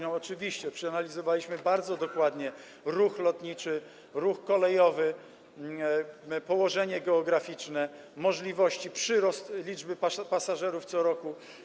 No oczywiście, przeanalizowaliśmy bardzo dokładnie ruch lotniczy, ruch kolejowy, położenie geograficzne, możliwości, przyrost liczby pasażerów co roku.